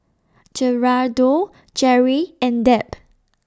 Gerardo Gerry and Deb